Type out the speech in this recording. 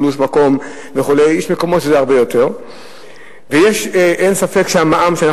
פלוס מקום וכו' ויש מקומות שזה הרבה יותר.